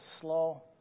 slow